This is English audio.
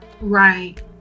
right